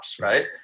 Right